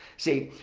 see,